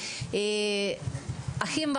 אחים,